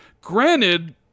Granted